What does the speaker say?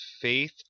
faith